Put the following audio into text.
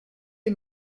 les